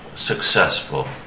Successful